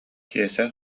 киэсэ